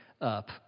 up